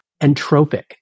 entropic